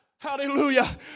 Hallelujah